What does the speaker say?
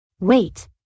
Wait